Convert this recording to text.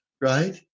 right